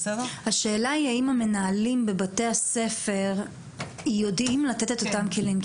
השאלה היא האם המנהלים בבתי הספר יודעים לתת את אותם כלים,